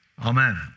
Amen